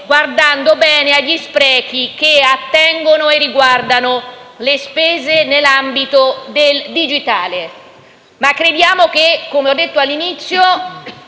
guardando bene agli sprechi che riguardano le spese nell'ambito del digitale. Crediamo che - come ho detto all'inizio